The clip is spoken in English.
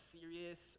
serious